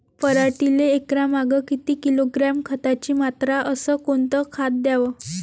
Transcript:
पराटीले एकरामागं किती किलोग्रॅम खताची मात्रा अस कोतं खात द्याव?